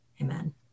Amen